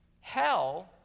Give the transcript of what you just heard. hell